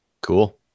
Cool